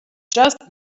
just